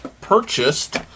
purchased